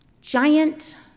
giant